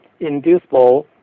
inducible